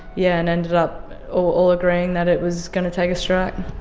yeah, and ended up all agreeing that it was going to take a strike.